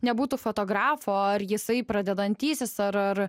nebūtų fotografo ar jisai pradedantysis ar ar